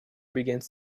begins